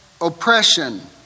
oppression